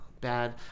bad